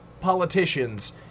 politicians